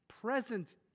present